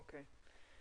אוקיי.